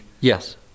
Yes